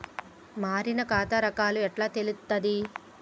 మారిన ఖాతా రకాలు ఎట్లా తెలుత్తది?